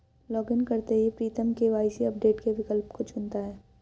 login करते ही Pritam KYC update के विकल्प को चुनता है